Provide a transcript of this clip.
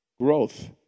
growth